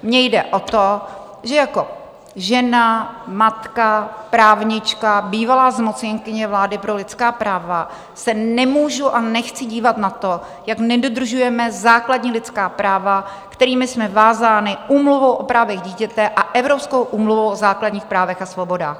Mně jde o to, že jako žena, matka, právnička, bývalá zmocněnkyně vlády pro lidská práva se nemůžu a nechci dívat na to, jak nedodržujeme základní lidská práva, kterými jsme vázáni Úmluvou o právech dítěte a Evropskou úmluvou o základních právech a svobodách.